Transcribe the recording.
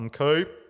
okay